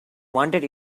wanted